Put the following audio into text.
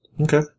Okay